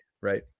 right